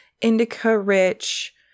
indica-rich